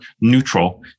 neutral